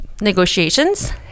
negotiations